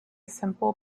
simple